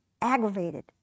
aggravated